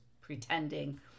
pretending